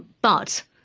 but,